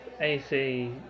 AC